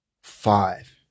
five